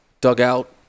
dugout